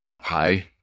Hi